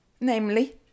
namely